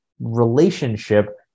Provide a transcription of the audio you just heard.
relationship